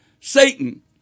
Satan